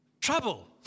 trouble